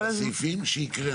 לסעיפים שהקראנו.